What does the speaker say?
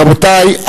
רבותי,